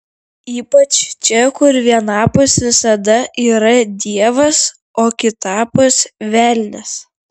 ypač čia kur vienapus visada yra dievas o kitapus velnias